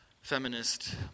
feminist